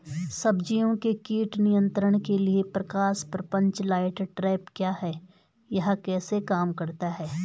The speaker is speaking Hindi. सब्जियों के कीट नियंत्रण के लिए प्रकाश प्रपंच लाइट ट्रैप क्या है यह कैसे काम करता है?